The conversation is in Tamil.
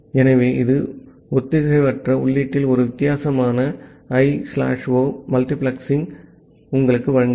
ஆகவே இது ஒத்திசைவற்ற உள்ளீட்டில் ஒரு ஒத்திசைவான I O மல்டிபிளெக்சிங் உங்களுக்கு வழங்குகிறது